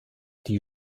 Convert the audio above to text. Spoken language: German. die